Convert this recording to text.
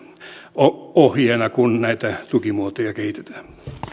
ohjeena kun näitä tukimuotoja kehitetään